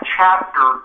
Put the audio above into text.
chapter